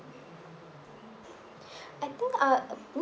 I think uh